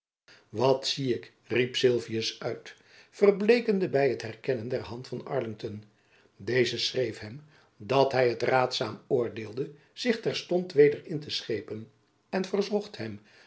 wat zie ik riep sylvius uit verbleekende by het herkennen der hand van arlington deze schreef hem dat hy het raadzaam oordeelde zich terstond weder in te schepen en verzocht hem